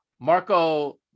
Marco